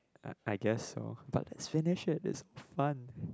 I guess but is finish it is fun